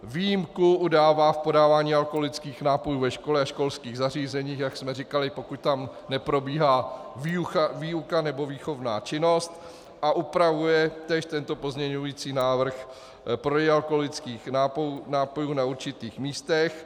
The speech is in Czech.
Výjimku udává v podávání alkoholických nápojů ve škole a školských zařízeních, jak jsme říkali, pokud tam neprobíhá výuka nebo výchovná činnost, a upravuje též tento pozměňující návrh prodej alkoholických nápojů na určitých místech.